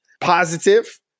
positive